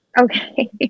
Okay